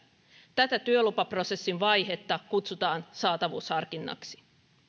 tätä työlupaprosessin vaihetta kutsutaan saatavuusharkinnaksi